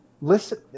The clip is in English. Listen